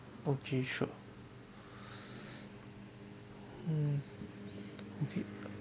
okay sure hmm okay